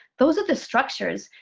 those are the structures,